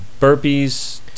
burpees